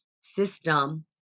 system